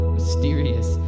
mysterious